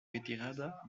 retirada